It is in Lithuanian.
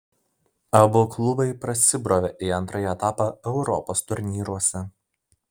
abu klubai prasibrovė į antrąjį etapą europos turnyruose